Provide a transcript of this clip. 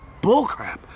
bullcrap